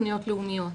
לתכניות לאומיות.